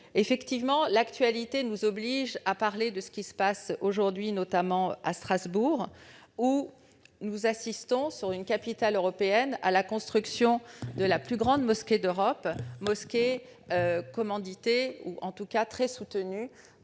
L'actualité nous oblige à parler de ce qui se passe aujourd'hui à Strasbourg. Alors que nous assistons, dans une capitale européenne, à la construction de la plus grande mosquée d'Europe, commanditée, ou en tout cas très soutenue